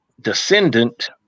descendant